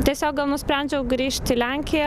tiesiog gal nusprendžiau grįžt į lenkiją